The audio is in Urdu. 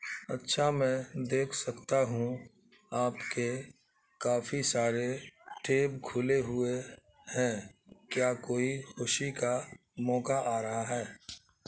اچھا میں دیکھ سکتا ہوں آپ کے کافی سارے ٹیب کھلے ہوئے ہیں کیا کوئی خوشی کا موقع آ رہا ہے